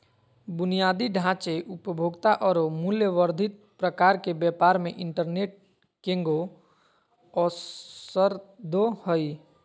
बुनियादी ढांचे, उपभोक्ता औरो मूल्य वर्धित प्रकार के व्यापार मे इंटरनेट केगों अवसरदो हइ